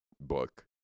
book